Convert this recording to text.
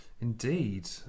Indeed